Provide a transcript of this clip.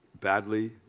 badly